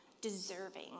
deserving